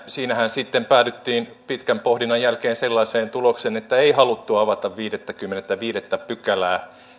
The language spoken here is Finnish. siinähän sitten päädyttiin pitkän pohdinnan jälkeen sellaiseen tulokseen että ei haluttu avata viidettäkymmenettäviidettä pykälää